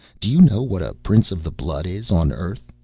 do you know what a prince of the blood is, on earth?